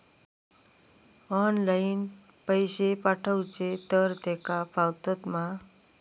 Online पैसे पाठवचे तर तेका पावतत मा?